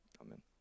Amen